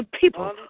people